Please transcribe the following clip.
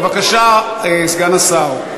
בבקשה, סגן השר.